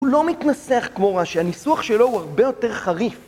הוא לא מתנסח כמו רש"י, הניסוח שלו הוא הרבה יותר חריף